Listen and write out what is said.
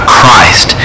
Christ